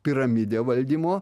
piramidė valdymo